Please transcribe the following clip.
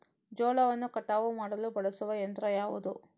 ಜೋಳವನ್ನು ಕಟಾವು ಮಾಡಲು ಬಳಸುವ ಯಂತ್ರ ಯಾವುದು?